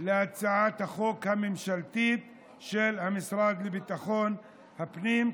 להצעת החוק הממשלתית של המשרד לביטחון הפנים,